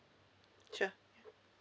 sure